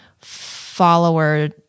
follower